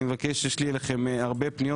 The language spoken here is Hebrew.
אני מבקש מכם יש לי אליכם הרבה פניות